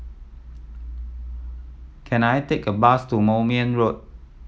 can I take a bus to Moulmein Road